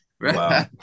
Wow